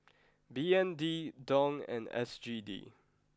B N D Dong and S G D